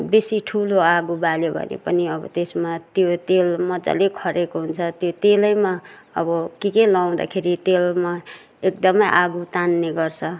बेसी ठुलो आगो बाल्यो भने पनि अब त्यसमा त्यो तेल मजाले खरेको हुन्छ त्यो तेलैमा अबो के के लगाउँदाखेरि तेलमा एकदमै आगो तान्ने गर्छ